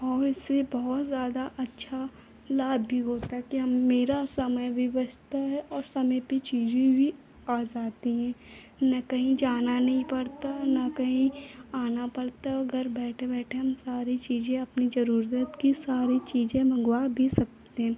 और इससे बहुत ज़्यादा अच्छा लाभ भी होता है कि हाँ मेरा समय भी बचता है और समय पर चीज़ें भी आ जाती हैं न कहीं जाना नहीं पड़ता न कहीं आना पड़ता घर बैठे बैठे हम सारी चीज़ें अपनी ज़रूरत की सारी चीज़ें मँगवा भी सकते हैं